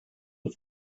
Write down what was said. was